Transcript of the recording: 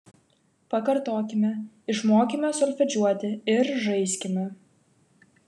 pakartokime išmokime solfedžiuoti ir žaiskime